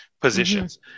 positions